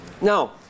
Now